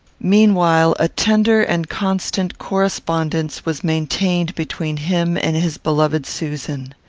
meanwhile, a tender and constant correspondence was maintained between him and his beloved susan.